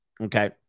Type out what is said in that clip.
okay